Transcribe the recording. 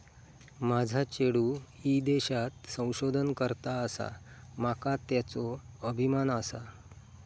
माझा चेडू ईदेशात संशोधन करता आसा, माका त्येचो अभिमान आसा